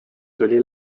tuli